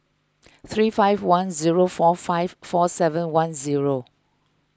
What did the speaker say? three five one zero four five four seven one zero